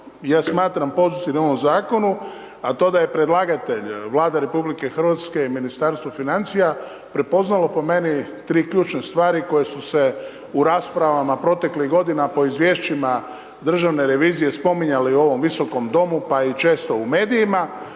ja smatram pozitivnim u ovom zakonu, a to da je predlagatelj, Vlada RH i Ministarstvo financija prepoznalo po meni tri ključne stvari koje su se u raspravama proteklih godina po izvješćima državne revizije spominjale u ovom Visokom domu, pa i često u medijima,